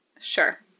Sure